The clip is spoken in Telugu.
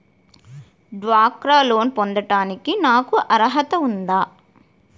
డ్వాక్రా లోన్ పొందటానికి నాకు అర్హత ఉందా?